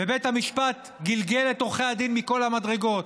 בית המשפט גלגל את עורכי הדין מכל המדרגות,